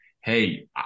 hey